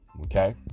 Okay